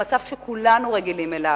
למצב שכולנו רגילים אליו,